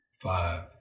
five